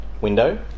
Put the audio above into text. window